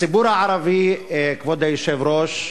הציבור הערבי, כבוד היושב-ראש,